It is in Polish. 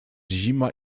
zima